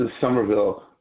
Somerville